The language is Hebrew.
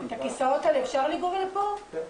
היום